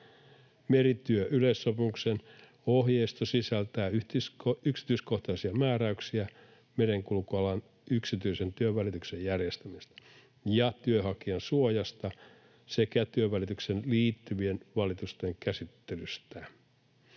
Merityöyleissopimuksen ohjeisto sisältää yksityiskohtaisia määräyksiä merenkulkualan yksityisen työnvälityksen järjestämisestä ja työnhakijan suojasta sekä työnvälitykseen liittyvien valitusten käsittelystä.